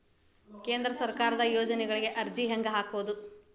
ಕೇಂದ್ರ ಸರ್ಕಾರದ ಯೋಜನೆಗಳಿಗೆ ಅರ್ಜಿ ಹೆಂಗೆ ಹಾಕೋದು?